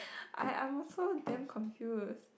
I I'm also damn confused